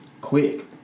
Quick